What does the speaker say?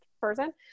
person